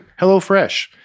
HelloFresh